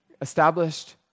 established